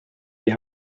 die